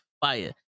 fire